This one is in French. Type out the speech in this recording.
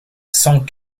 sans